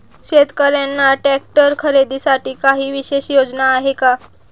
शेतकऱ्यांना ट्रॅक्टर खरीदीसाठी काही विशेष योजना आहे का?